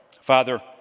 Father